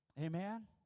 Amen